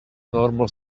normal